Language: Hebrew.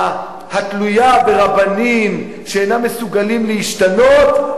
התלויה ברבנים שאינם מסוגלים להשתנות,